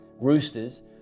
roosters